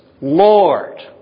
Lord